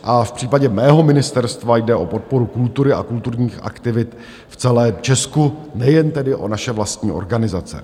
A v případě mého ministerstva jde o podporu kultury a kulturních aktivit v celém Česku, nejen tedy o naše vlastní organizace.